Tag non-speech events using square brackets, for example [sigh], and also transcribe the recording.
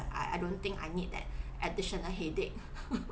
I I don't think I need that additional headache [laughs]